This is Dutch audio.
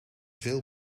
veel